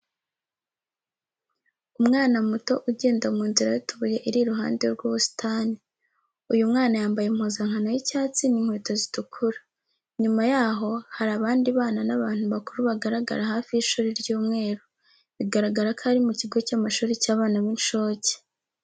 Umwana muto ugenda mu nzira y'utubuye iri ruhande rw'ubusitani. Uyu mwana yambaye impuzankano y'icyatsi n'inkweto zitukura. Nyuma y'aho hari abandi bana n'abantu bakuru bagaragara hafi y'ishuri ry'umweru. Bigaragara ko ari mu kigo cy'amashuri cy'abana b'inshuke.